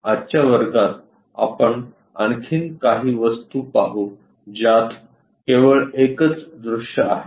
आजच्या वर्गात आपण आणखी काही वस्तू पाहू ज्यात केवळ एकच दृश्य आहे